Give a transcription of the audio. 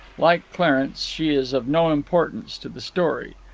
like clarence, she is of no importance to the story.